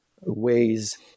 ways